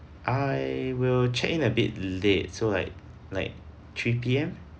I will check in a bit late so like like three P_M